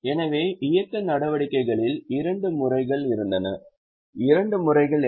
எனவே இயக்க நடவடிக்கைகளில் இரண்டு முறைகள் இருந்தன இரண்டு முறைகள் என்ன